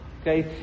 Okay